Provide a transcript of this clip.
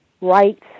rights